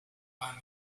earn